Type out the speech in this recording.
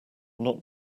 not